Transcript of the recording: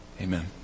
Amen